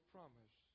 promise